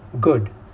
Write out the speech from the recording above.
Good